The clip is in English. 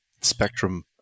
Spectrum